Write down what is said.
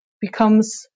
becomes